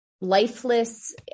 lifeless